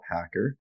hacker